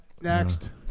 Next